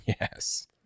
Yes